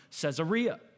Caesarea